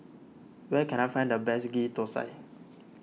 where can I find the best Ghee Thosai